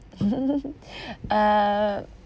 uh